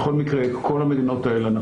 בכל מקרה כל המדינות האלה,